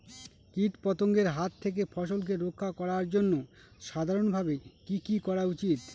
কীটপতঙ্গের হাত থেকে ফসলকে রক্ষা করার জন্য সাধারণভাবে কি কি করা উচিৎ?